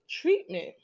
treatment